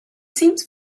seems